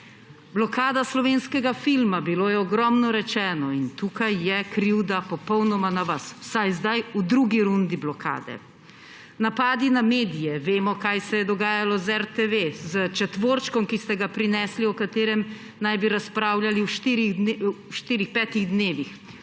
Blokada slovenskega filma. Bilo je ogromno rečenega in tukaj je krivda popolnoma na vas, vsaj zdaj, v drugi rundi blokade. Napadi na medije, vemo, kaj se je dogajalo z RTV, s četvorčkom, ki ste ga prinesli, o katerem naj bi razpravljali v štirih, petih dnevih.